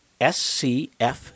SCF